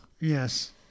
Yes